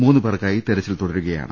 മൂന്നുപേർക്കായി തിരച്ചിൽ തുടരുകയാണ്